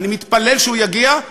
אני מתפלל שהוא יגיע,